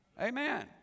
Amen